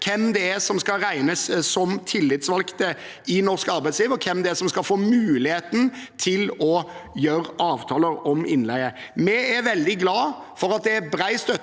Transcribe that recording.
hvem det er som skal regnes som tillitsvalgte i norsk arbeidsliv, og hvem det som skal få muligheten til å gjøre avtaler om innleie. Vi er veldig glad for at det er bred støtte